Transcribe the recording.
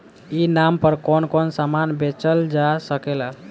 ई नाम पर कौन कौन समान बेचल जा सकेला?